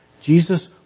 Jesus